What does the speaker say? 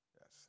Yes